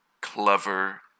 Clever